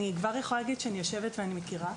אני מכירה